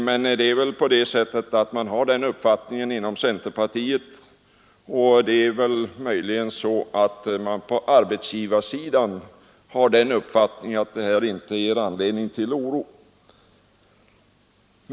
Men man har väl den uppfattningen inom centerpartiet, och det är möjligen också så att man på arbetsgivarsidan menar att denna tillämpning inte ger anledning till oro.